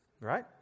right